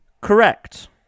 Correct